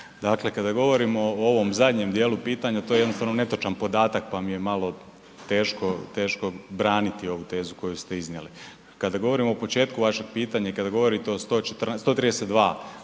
Dakle, kada govorimo o ovom zadnjem dijelu pitanja to je jednostavno netočan podatak pa mi je malo teško, teško braniti ovu tezu koju ste iznijeli. Kada govorimo o početku vašeg pitanja i kada govorite o 132